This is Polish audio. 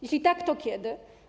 Jeśli tak, to kiedy?